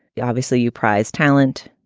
you obviously you prized talent,